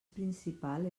principal